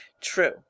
True